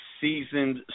seasoned